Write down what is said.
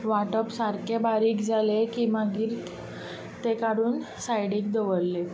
वांटप सारकें बारीक जालें की मागीर तें काडून सायडीक दवरलें